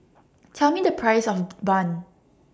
Tell Me The Price of Bun